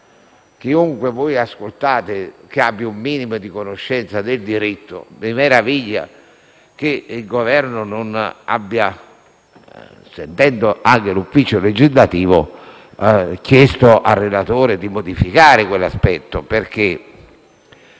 chiunque ascoltiate che abbia un minimo di conoscenza del diritto; e mi meraviglia che il Governo, sentendo anche l'Ufficio legislativo, non abbia chiesto al relatore di modificare quell'aspetto, perché,